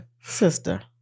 Sister